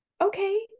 okay